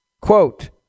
Quote